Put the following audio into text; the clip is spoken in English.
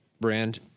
brand